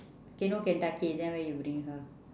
okay no kentucky then where you bring her